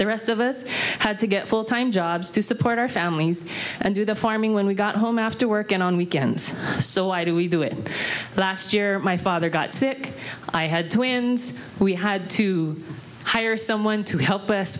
the rest of us had to get full time jobs to support our families and do the farming when we got home after work and on weekends so why do we do it last year my father got sick i had twins we had to hire someone to help us